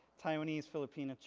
taiwanese, filipino,